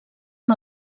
amb